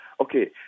Okay